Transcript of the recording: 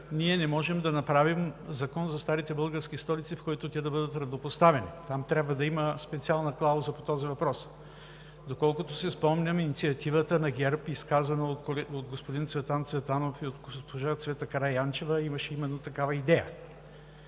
ние не можем да направим закон за старите български столици, в който те да бъдат равнопоставени. Там трябва да има специална клауза по този въпрос. Доколкото си спомням, инициативата на ГЕРБ, изказана от господин Цветан Цветанов и госпожа Цвета Караянчева, имаше именно такава идея.